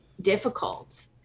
difficult